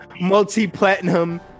multi-platinum